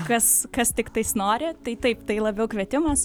kas kas tiktais nori tai taip tai labiau kvietimas